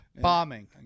bombing